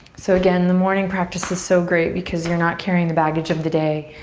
so again, the morning practice is so great because you're not carrying the baggage of the day.